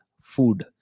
food